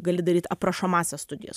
gali daryt aprašomąsias studijas